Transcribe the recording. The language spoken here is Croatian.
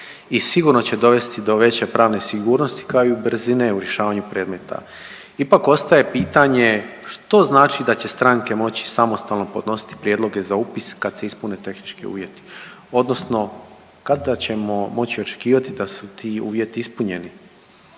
i sigurno će dovesti do veće pravne sigurnosti kao i brzine u rješavanju predmeta. Ipak ostaje pitanje što znači da će stranke moći samostalno podnositi prijedloge za upis kad se ispune tehnički uvjeti, odnosno kada ćemo moći očekivati da su ti uvjeti ispunjeni?